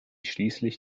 schließlich